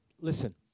listen